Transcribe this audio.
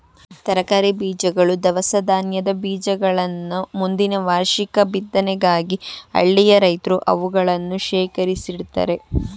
ತರಕಾರಿ ಬೀಜಗಳು, ದವಸ ಧಾನ್ಯದ ಬೀಜಗಳನ್ನ ಮುಂದಿನ ವಾರ್ಷಿಕ ಬಿತ್ತನೆಗಾಗಿ ಹಳ್ಳಿಯ ರೈತ್ರು ಅವುಗಳನ್ನು ಶೇಖರಿಸಿಡ್ತರೆ